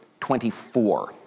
24